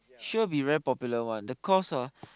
sure be very popular [one] the cost ah